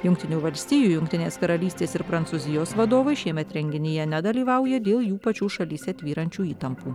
jungtinių valstijų jungtinės karalystės ir prancūzijos vadovai šiemet renginyje nedalyvauja dėl jų pačių šalyse tvyrančių įtampų